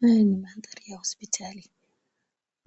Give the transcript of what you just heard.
Hii ni mandhari ya hospitali,